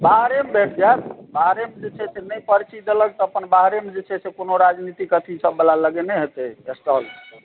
बाहरे भेट जाएत बाहरेमे जे छै से नहि पर्ची देलक तऽ अपन बाहरेमे जे छै से कोनो राजनीतिक अथी सह वाला लगेने हेतै स्टॉल